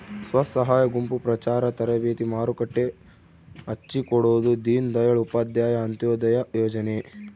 ಸ್ವಸಹಾಯ ಗುಂಪು ಪ್ರಚಾರ ತರಬೇತಿ ಮಾರುಕಟ್ಟೆ ಹಚ್ಛಿಕೊಡೊದು ದೀನ್ ದಯಾಳ್ ಉಪಾಧ್ಯಾಯ ಅಂತ್ಯೋದಯ ಯೋಜನೆ